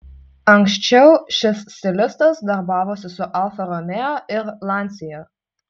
anksčiau šis stilistas darbavosi su alfa romeo ir lancia